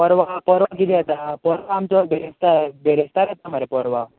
परवां परवां कितें येता परवां आमचो बरिस्तार बिरेस्तार येता मरे परवां